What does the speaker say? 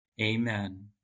Amen